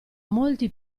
molti